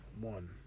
One